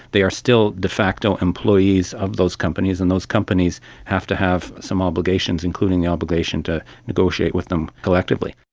they are still de facto employees of those companies, and those companies have to have some obligations, including the obligation to negotiate with them collectively.